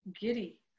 giddy